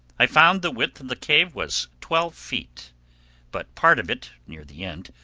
i found the width of the cave was twelve feet but part of it, near the end,